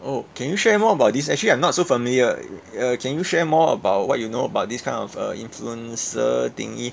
oh can you share more about this actually I'm not so familiar uh can you share more about what you know about this kind of uh influencer thingy